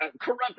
corrupt